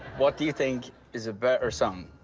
what do you think is a better song,